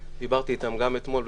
דיברתי איתם גם אתמול.